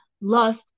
lust